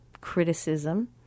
criticism